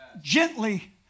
Gently